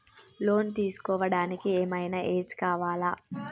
Loan తీస్కోవడానికి ఏం ఐనా ఏజ్ కావాలా?